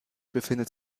befindet